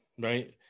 right